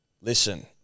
Listen